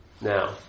now